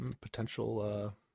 Potential